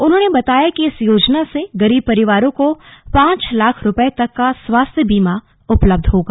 उन्होंने बताया कि इस योजना से गरीब परिवारों को पांच लाख रुपए तक का स्वास्थ्य बीमा उपलब्ध होगा